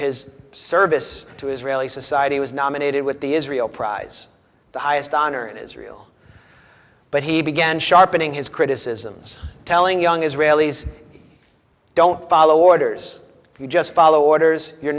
his service to israeli society was nominated with the israel prize the highest honor in israel but he began sharpening his criticisms telling young israelis don't follow orders if you just follow orders you're